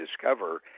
discover